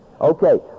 Okay